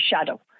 shadow